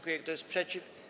Kto jest przeciw?